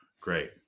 Great